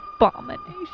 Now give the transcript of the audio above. abomination